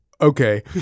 Okay